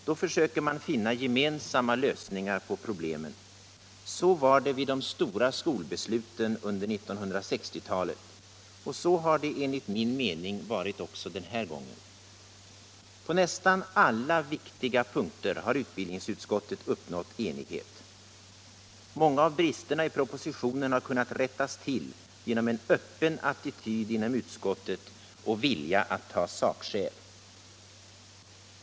Då försöker man finna gemensamma lösningar på problemen. Så var det vid de stora skolbesluten under 1960-talet. Och så har det enligt min mening varit också den här gången. På nästan alla viktiga punkter har utbildningsutskottet uppnått enighet. Många av bristerna i propositionen har kunnat rättas till genom en öppen attityd inom utskottet och vilja att ta sakskäl.